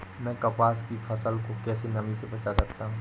मैं कपास की फसल को कैसे नमी से बचा सकता हूँ?